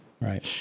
Right